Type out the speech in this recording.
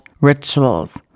rituals